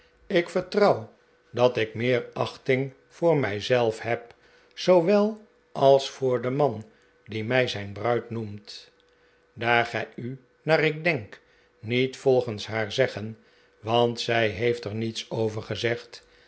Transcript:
ik vertrouw dat ik meer achting voor mij zelf heb zoowel als voor den man die mij zijn bruid noemt daar gij u naar ik denk niet volgens haar zeggen want zij heeft er niets over gezegd